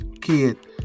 Kid